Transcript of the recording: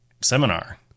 seminar